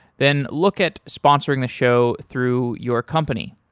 then look at sponsoring the show through your company.